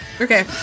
Okay